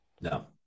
no